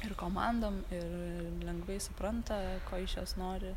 ir komandom ir lengvai supranta ko iš jos nori